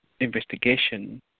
investigation